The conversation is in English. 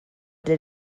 did